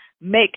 make